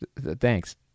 Thanks